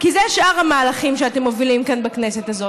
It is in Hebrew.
כי אלה שאר המהלכים שאתם מובילים כאן בכנסת הזאת.